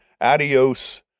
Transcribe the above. adios